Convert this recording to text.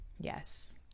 yes